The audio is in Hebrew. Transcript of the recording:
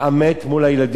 ולכן אנחנו רואים,